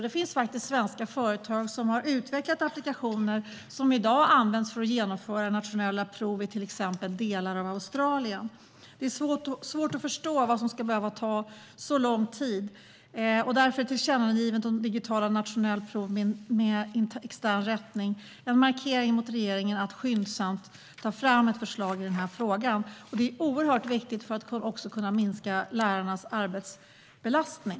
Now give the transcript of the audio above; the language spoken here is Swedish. Det finns faktiskt svenska företag som har utvecklat applikationer som i dag används för att genomföra nationella prov i till exempel delar av Australien. Det är svårt att förstå vad som ska behöva ta så lång tid. Därför är tillkännagivandet om digitala nationella prov med extern rättning en markering mot regeringen att skyndsamt ta fram ett förslag i frågan. Det är oerhört viktigt för att minska lärarnas arbetsbelastning.